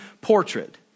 portrait